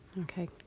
Okay